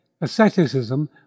asceticism